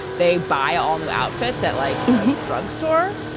they buy all new outfits at like drug store.